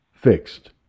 fixed